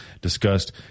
discussed